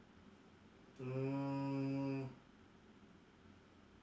mm